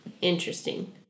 interesting